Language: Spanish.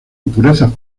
impurezas